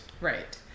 Right